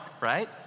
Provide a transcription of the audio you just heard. right